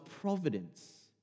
providence